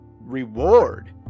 reward